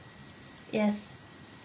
yes